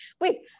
Wait